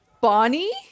Bonnie